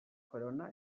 corona